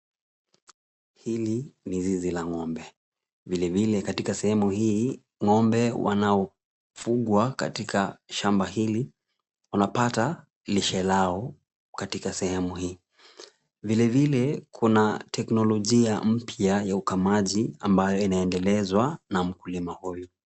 Hili ni zizi la ng'ombe. Vilevile katika sehemu hii, ng'ombe wanaofugwa katika shamba hili, wanapata lishe lao katika sehemu hii. Vilevile kuna teknolojia mpya ya ukamaji, ambayo inaendelezwa na mkulima huyu.